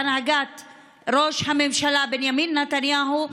בהנהגת ראש הממשלה בנימין נתניהו,